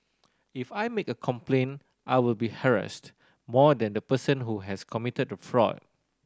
if I make a complaint I will be harassed more than the person who has committed the fraud